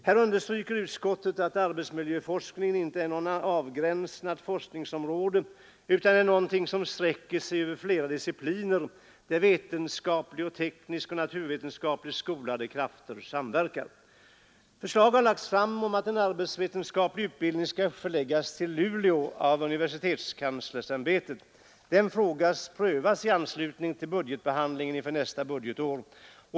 Här understryker utskottsmajoriteten att ”arbetsmiljöforskningen inte är något avgränsat forskningsområde utan i stället sträcker sig över åtskilliga vetenskapliga discipliner där medicinskt, tekniskt, naturvetenskapligt och beteendevetenskapligt skolade krafter samarbetar”. Universitetkanslersämbetet har lagt fram förslag om att en arbetsvetenskaplig utbildning skall förläggas till Luleå, och det förslaget prövas i anslutning till budgetbehandlingen inför nästa budgetår.